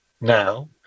now